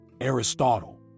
Aristotle